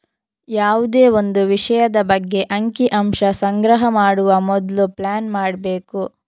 ಯಾವುದೇ ಒಂದು ವಿಷಯದ ಬಗ್ಗೆ ಅಂಕಿ ಅಂಶ ಸಂಗ್ರಹ ಮಾಡುವ ಮೊದ್ಲು ಪ್ಲಾನ್ ಮಾಡ್ಬೇಕು